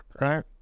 right